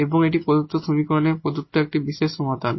এবং এটি প্রদত্ত সমীকরণের প্রদত্ত একটি বিশেষ সমাধান